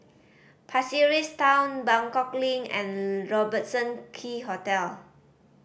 Pasir Ris Town Buangkok Link and Robertson Quay Hotel